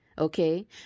okay